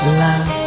love